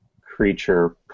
creature